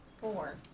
Four